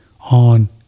on